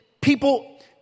people